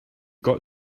got